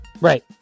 right